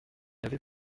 avais